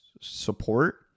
support